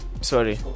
Sorry